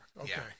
Okay